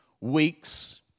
weeks